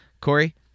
Corey